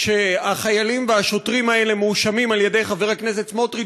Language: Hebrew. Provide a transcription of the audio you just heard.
שהחיילים והשוטרים האלה מואשמים על-ידי חבר הכנסת סמוטריץ